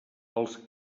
els